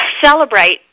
celebrate